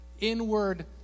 inward